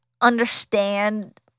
understand